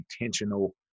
intentional